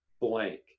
blank